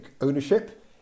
ownership